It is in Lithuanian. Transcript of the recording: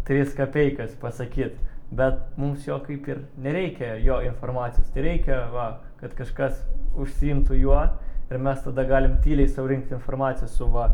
tris kapeikas pasakyt bet mums jo kaip ir nereikia jo informacijos tai reikia va kad kažkas užsiimtų juo ir mes tada galim tyliai sau rinkt informaciją su va